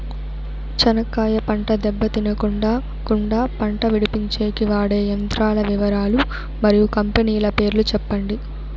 చెనక్కాయ పంట దెబ్బ తినకుండా కుండా పంట విడిపించేకి వాడే యంత్రాల వివరాలు మరియు కంపెనీల పేర్లు చెప్పండి?